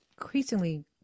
increasingly